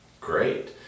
Great